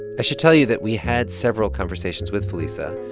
i should tell you that we had several conversations with felisa.